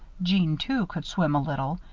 jeanne, too, could swim a little,